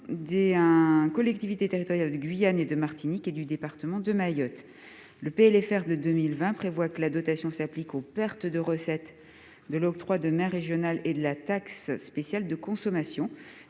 des collectivités territoriales de Guyane et de Martinique et du département de Mayotte. Le PLFR pour 2020 prévoit que la dotation s'applique aux pertes de recettes de l'octroi de mer régional et de la taxe spéciale sur la consommation.